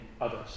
others